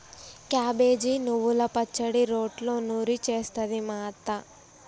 cabbage నువ్వల పచ్చడి రోట్లో నూరి చేస్తది మా అత్త